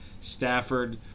Stafford